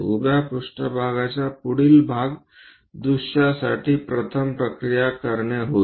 उभ्या पृष्ठभागाचा पुढील भाग दृश्यासाठी प्रथम प्रक्रिया करणे होय